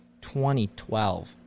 2012